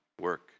work